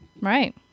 Right